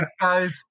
guys